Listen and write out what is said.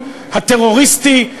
הטרוריסטי,